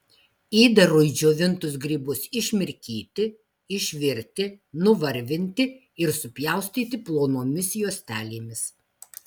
įdarui džiovintus grybus išmirkyti išvirti nuvarvinti ir supjaustyti plonomis juostelėmis